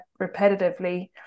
repetitively